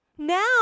Now